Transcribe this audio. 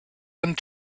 and